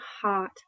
hot